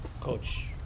Coach